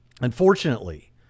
Unfortunately